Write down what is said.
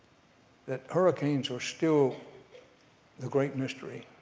that hurricanes are still a great mystery.